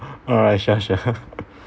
alright sure sure